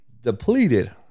depleted